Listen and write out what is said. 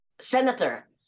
senator